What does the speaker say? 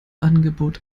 angebot